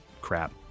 crap